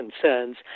concerns